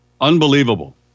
Unbelievable